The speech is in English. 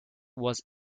was